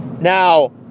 Now